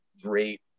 great